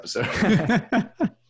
episode